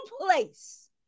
place